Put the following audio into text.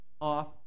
off